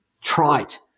trite